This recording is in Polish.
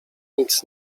nic